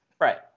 right